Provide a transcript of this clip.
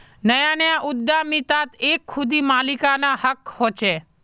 नया नया उद्दमितात एक खुदी मालिकाना हक़ होचे